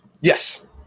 Yes